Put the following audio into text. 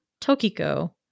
Tokiko